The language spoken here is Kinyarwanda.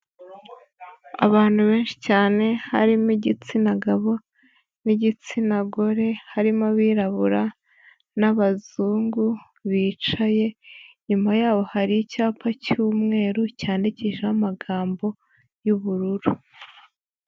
Abantu benshi cyane harimo igitsina gabo n'igitsina gore harimo abirabura n'abazungu bicaye, inyuma yaho hari icyapa cy'umweru cyandikishijeho amagambo y'ubururu.